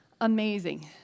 amazing